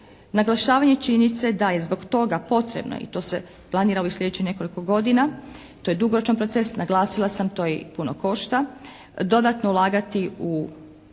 naglašavanje činjenice da je zbog toga potrebno i to se planira u ovih sljedećih nekoliko godina, to je dugoročan proces, naglasila sam to i puno košta, dodatno ulagati u